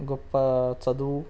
గొప్ప చదువు